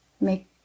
make